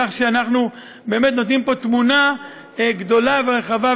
כך שאנחנו באמת נותנים פה תמונה גדולה ורחבה,